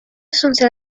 assunse